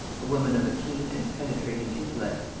a woman of a keen and penetrating intellect,